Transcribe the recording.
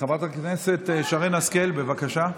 חברת הכנסת שרן השכל, בבקשה.